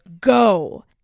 go